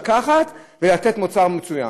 לקחת ולתת מוצר מצוין.